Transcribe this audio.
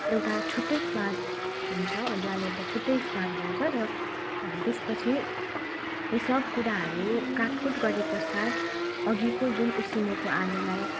एउटा छुट्टै स्वाद हुन्छ अदुवाले एउटा छुट्टै स्वाद ल्याउँछ र त्यसपछि यी सब कुराहरू काटकुट गरेपश्चात अघिको जुन उसिनेको आलुलाई